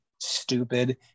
stupid